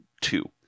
two